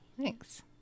Thanks